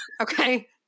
Okay